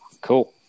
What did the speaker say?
cool